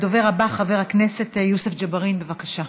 הדובר הבא, חבר הכנסת יוסף ג'בארין, בבקשה.